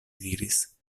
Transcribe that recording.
diris